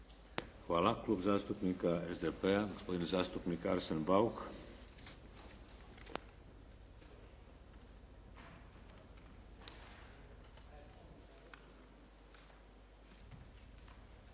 Hvala. Klub zastupnika SDP-a gospodin zastupnik Arsen Bauk.